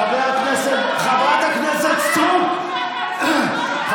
הכנסת) קרן ברק, חברת הכנסת סטרוק, בבקשה לשבת.